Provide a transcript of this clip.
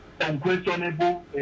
unquestionable